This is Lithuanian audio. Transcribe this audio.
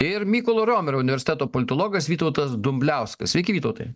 ir mykolo romerio universiteto politologas vytautas dumbliauskas sveiki vytautai